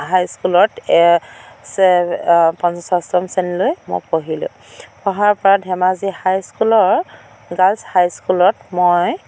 হাইস্কুলত চেভ পণ ষষ্ঠম শ্ৰেণীলৈ মই পঢ়িলোঁ পঢ়াৰ পৰা ধেমাজি হাইস্কুলৰ গাৰ্লছ হাইস্কুলত মই